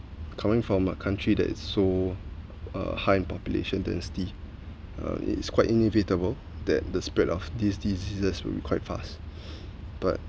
coming from a country that is so uh high in population density uh it's quite inevitable that the spread of these diseases will be quite fast but